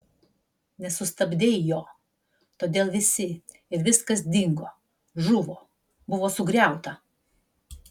nesustabdei jo todėl visi ir viskas dingo žuvo buvo sugriauta